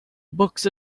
books